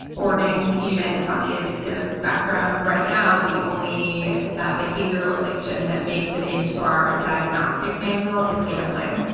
hoarding even is on the addictive spectrum. right now, the only behavioral addiction that makes it into our diagnostic manual is gambling.